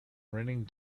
raining